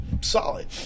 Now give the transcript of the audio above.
solid